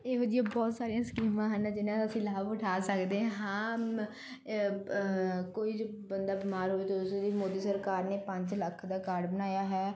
ਇਹੋ ਜਿਹੀਆਂ ਬਹੁਤ ਸਾਰੀਆਂ ਸਕੀਮਾਂ ਹਨ ਜਿਨ੍ਹਾਂ ਦਾ ਅਸੀਂ ਲਾਭ ਉਠਾ ਸਕਦੇ ਹਾਂ ਕੋਈ ਜਦ ਬੰਦਾ ਬਿਮਾਰ ਹੋਵੇ ਤਾਂ ਉਸ ਲਈ ਮੋਦੀ ਸਰਕਾਰ ਨੇ ਪੰਜ ਲੱਖ ਦਾ ਕਾਰਡ ਬਣਾਇਆ ਹੈ